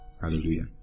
Hallelujah